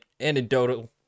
anecdotal